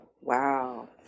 Wow